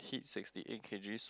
hit sixty eight K_G soon